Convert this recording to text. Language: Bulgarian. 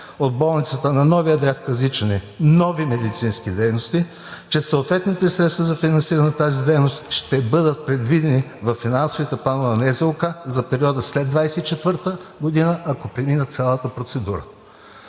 от болницата на новия адрес в Казичене нови медицински дейности, че съответните средства за финансиране на тази дейност ще бъдат предвидени във финансовите планове на НЗОК в периода след 2024 г., ако преминат цялата процедура.